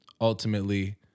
ultimately